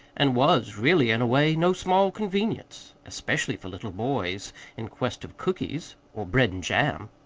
and was really, in a way, no small convenience especially for little boys in quest of cookies or bread-and-jam.